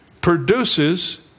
produces